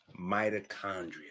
mitochondria